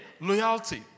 loyalty